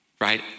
Right